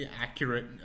accurate